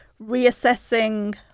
reassessing